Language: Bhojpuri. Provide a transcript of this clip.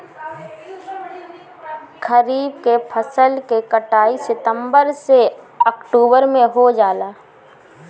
खरीफ के फसल के कटाई सितंबर से ओक्टुबर में हो जाला